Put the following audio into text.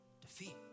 defeat